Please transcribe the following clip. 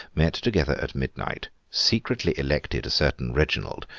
met together at midnight, secretly elected a certain reginald,